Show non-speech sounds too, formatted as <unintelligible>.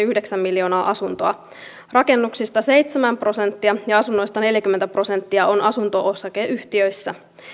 <unintelligible> yhdeksän miljoonaa asuntoa rakennuksista seitsemän prosenttia ja asunnoista neljäkymmentä prosenttia on asunto osakeyhtiöissä